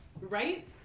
right